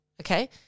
okay